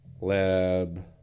lab